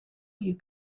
you